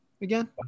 Again